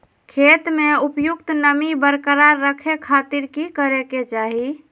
खेत में उपयुक्त नमी बरकरार रखे खातिर की करे के चाही?